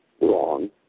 Wrong